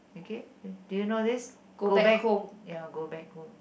okay do you know this go back ya go back home